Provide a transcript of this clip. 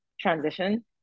transition